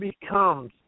becomes